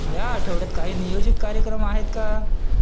ह्या आठवड्यात काही नियोजित कार्यक्रम आहेत का